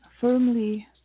firmly